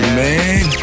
man